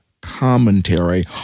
commentary